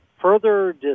Further